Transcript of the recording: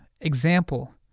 Example